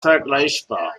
vergleichbar